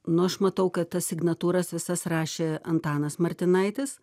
nu aš matau kad tas signatūras visas rašė antanas martinaitis